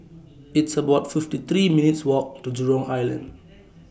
It's about fifty three minutes' Walk to Jurong Island